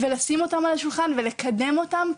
ולשים אותם על השולחן ולקדם אותם,